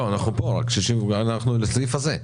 אנחנו עכשיו לסעיף הזה.